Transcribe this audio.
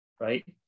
right